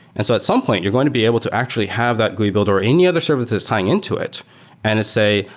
and so at some point, you're going to be able to actually have that gui builder or any other service that's tying into it and say,